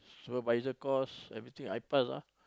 supervisor course everything I pass ah